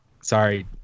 sorry